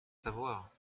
savoir